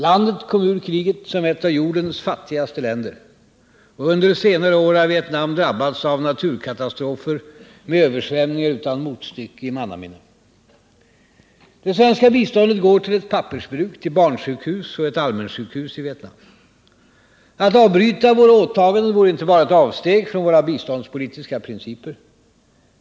Landet kom ur kriget som ett av jordens fattigaste länder. Under senare år har Vietnam drabbats av naturkatastrofer, med översvämningar utan motstycke i mannaminne. Det svenska biståndet går till ett pappersbruk, till barnsjukhus och till ett allmänsjukhus i Vietnam. Att nu avbryta våra åtaganden vore inte bara ett avsteg från våra biståndspolitiska principer.